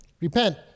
Repent